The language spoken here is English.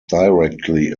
directly